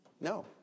no